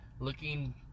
Looking